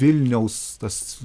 vilniaus tas